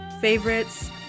favorites